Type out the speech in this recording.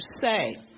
say